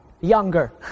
younger